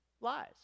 Lies